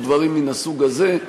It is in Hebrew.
או דברים מן הסוג הזה.